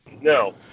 No